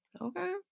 okay